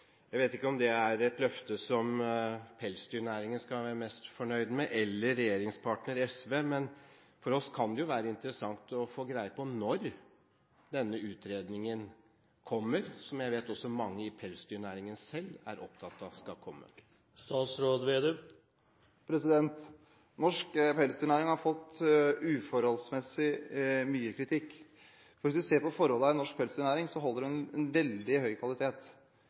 Jeg vet ikke om det er et løfte som pelsdyrnæringen eller regjeringspartner SV skal være mest fornøyd med, men for oss kan det jo være interessant å få greie på når denne utredningen kommer. Jeg vet at også mange i pelsdyrnæringen selv er opptatt av at den skal komme. Norsk pelsdyrnæring har fått uforholdsmessig mye kritikk. Hvis man ser på forholdene i norsk pelsdyrnæring, holder den en veldig høy kvalitet,